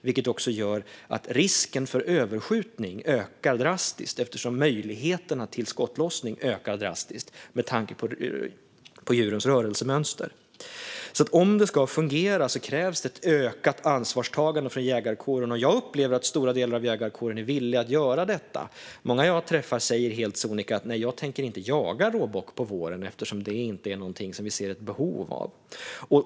Detta gör att risken för överskjutning ökar drastiskt eftersom möjligheterna till skottlossning ökar drastiskt med tanke på djurens rörelsemönster. Om detta ska fungera krävs ett ökat ansvarstagande från jägarkåren, och jag upplever att stora delar av jägarkåren är villiga att göra detta. Många som jag träffar säger helt sonika att de inte tänker jaga råbock på våren, eftersom det inte är någonting som de ser ett behov av.